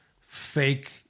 fake